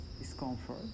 discomfort